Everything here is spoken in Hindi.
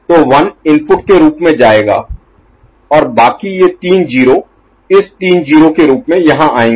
तो 1 इनपुट के रूप में जाएगा और बाकी ये तीन 0 इस तीन 0 के रूप में यहां आएंगे